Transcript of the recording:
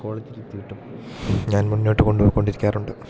കോളേജില് എത്തിയിട്ടും ഞാൻ മുന്നോട്ട് കൊണ്ട് പൊക്കൊണ്ടിരിക്കാറുണ്ട്